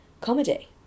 comedy